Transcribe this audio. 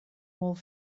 molt